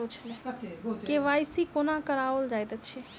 KYC कोना कराओल जाइत अछि?